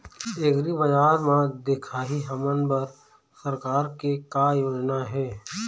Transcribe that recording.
एग्रीबजार म दिखाही हमन बर सरकार के का योजना हे?